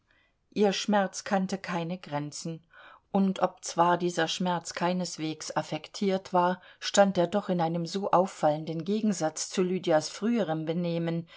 ihr schmerz kannte keine grenzen und obzwar dieser schmerz keineswegs affektiert war stand er doch in einem so auffallenden gegensatz zu lydias früherem benehmen